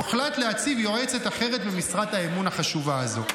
הוחלט להציב יועצת אחרת במשרת האמון החשובה הזו.